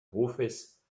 hofes